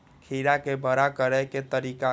खीरा के बड़ा करे के तरीका?